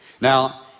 Now